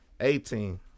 Eighteen